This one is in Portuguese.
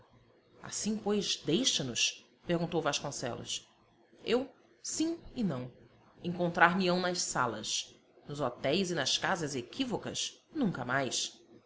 assim pois deixas nos perguntou vasconcelos eu sim e não encontrar me ão nas salas nos hotéis e nas casas equívocas nunca mais